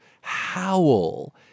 howl